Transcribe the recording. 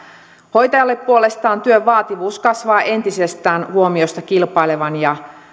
hoitajalle puolestaan työn vaativuus kasvaa entisestään huomiosta kilpailevan ja